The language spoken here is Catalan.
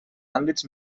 àmbits